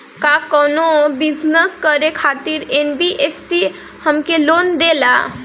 का कौनो बिजनस करे खातिर एन.बी.एफ.सी हमके लोन देला?